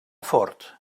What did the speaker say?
fort